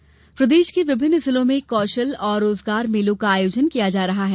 रोजगार मेला प्रदेश के विभिन्न जिलों में कौशल और रोजगारों मेलों का आयोजन किया जा रहा है